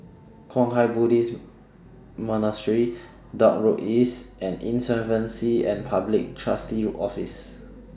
Kwang Hua Buddhist Monastery Dock Road East and Insolvency and Public Trustee's Office